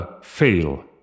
fail